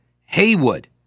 haywood